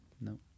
No